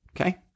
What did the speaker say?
Okay